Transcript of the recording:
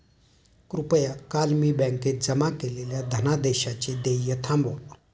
कृपया काल मी बँकेत जमा केलेल्या धनादेशाचे देय थांबवा